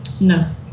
No